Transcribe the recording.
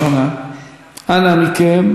רק אתם,